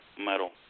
metal